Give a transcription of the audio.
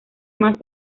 más